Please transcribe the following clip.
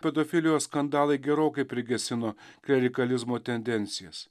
pedofilijos skandalai gerokai prigesino klerikalizmo tendencijas